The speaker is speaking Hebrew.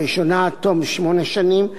הראשונה עד תום שמונה שנים,